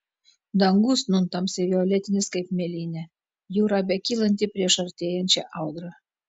dangus nūn tamsiai violetinis kaip mėlynė jūra bekylanti prieš artėjančią audrą